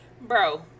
Bro